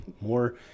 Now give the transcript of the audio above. more